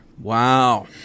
Wow